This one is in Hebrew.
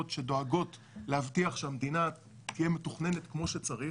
שדואגות להבטיח שהמדינה תהיה מתוכננת כמו שצריך